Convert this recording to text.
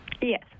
Yes